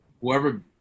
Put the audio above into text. whoever